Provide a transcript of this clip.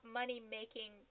money-making